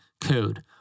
code